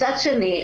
מצד שני,